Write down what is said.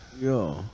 Yo